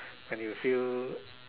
and you will feel